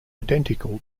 identical